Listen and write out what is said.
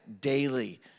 daily